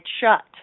shut